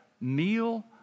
meal